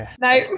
no